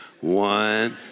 One